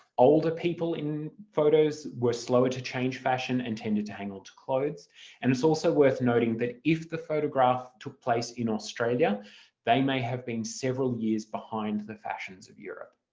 older people in photos were slower to change fashion and tended to hang onto clothes and it's also worth noting that if the photograph took place in australia they may have been several years behind the fashions of europe.